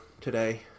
today